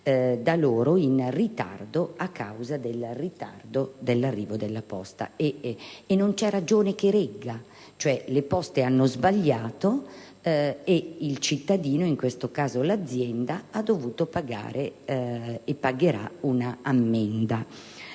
da loro dovuti, a causa del ritardo dell'arrivo della posta. E non c'è ragione che regga. Le Poste hanno sbagliato e il cittadino - in questo caso, l'azienda - ha dovuto pagare o pagherà un'ammenda;